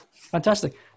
Fantastic